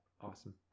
Awesome